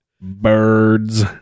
Birds